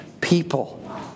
people